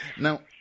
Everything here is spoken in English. now